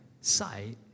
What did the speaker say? sight